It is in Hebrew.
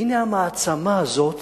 והנה, המעצמה הזאת